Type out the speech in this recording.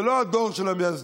זה לא הדור של המייסדים,